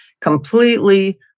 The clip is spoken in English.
completely